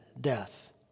death